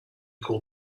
call